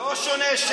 לא שונה.